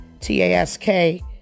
T-A-S-K